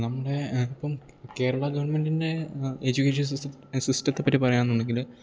നമ്മുടേ ഇപ്പം കേരള ഗവൺമെൻറ്റിൻറ്റെ എജ്യൂക്കേഷൻ സിസ്റ്റം സിസ്റ്റത്തേപ്പറ്റി പറയുകയെന്നുണ്ടെങ്കിൽ